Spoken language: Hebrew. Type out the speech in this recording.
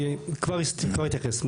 אני כבר אתייחס.